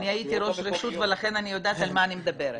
אני הייתי ראש רשות ולכן אני יודעת על מה אני מדברת.